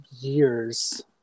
years